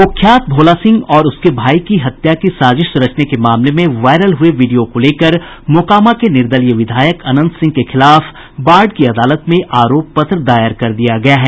कुख्यात भोला सिंह और उसके भाई की हत्या की साजिश रचने के मामले में वायरल हुए वीडियो को लेकर मोकामा के निर्दलीय विधायक अनंत सिंह के खिलाफ बाढ़ की अदालत में आरोप पत्र दायर कर दिया गया है